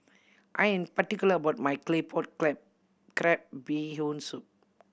I am particular about my claypot crab crab Bee Hoon Soup